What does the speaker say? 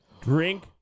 Drink